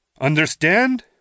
Understand